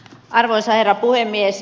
arvoisa herra puhemies